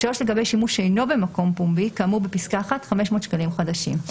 לגבי שימוש שאינו במקום פומבי כאמור בפסקה (1) 500 שקלים חדשים.